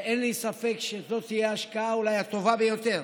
ואין לי ספק שזו תהיה אולי ההשקעה הטובה ביותר